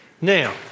Now